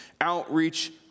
outreach